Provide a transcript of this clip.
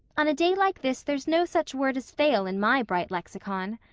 on a day like this there's no such word as fail in my bright lexicon.